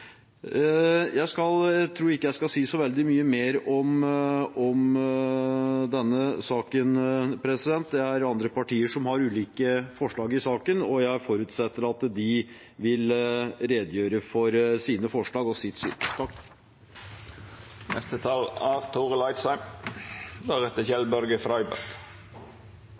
Jeg tror ikke jeg skal si så veldig mye mer om denne saken. Det er andre partier som har ulike forslag i saken, og jeg forutsetter at de vil redegjøre for sine forslag og sitt syn.